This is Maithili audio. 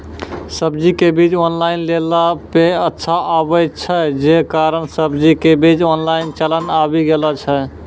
सब्जी के बीज ऑनलाइन लेला पे अच्छा आवे छै, जे कारण सब्जी के बीज ऑनलाइन चलन आवी गेलौ छै?